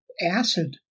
acid